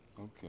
Okay